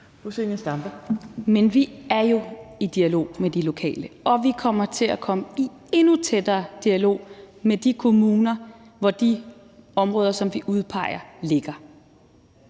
Men vi er jo i dialog med de lokale, og vi kommer til at komme i endnu tættere dialog med de kommuner, hvor de områder, som vi udpeger, ligger.